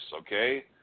Okay